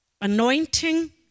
anointing